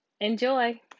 Enjoy